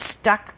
stuck